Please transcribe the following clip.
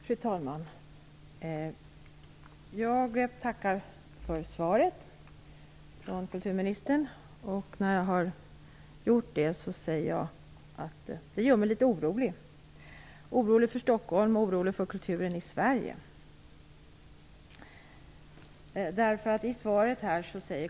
Fru talman! Jag tackar för svaret från kulturministern. Svaret gör mig litet orolig - för Stockholm och för kulturen i Sverige.